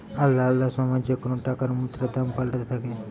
আলদা আলদা সময় যেকোন টাকার মুদ্রার দাম পাল্টাতে থাকে